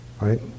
right